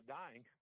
dying